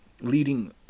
leading